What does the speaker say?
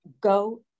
go